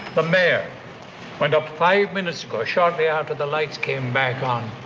the mayor went up five minutes ago, shortly after the lights came back on.